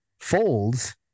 Folds